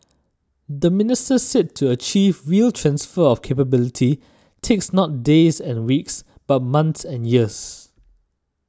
the minister said to achieve real transfer of capability takes not days and weeks but months and years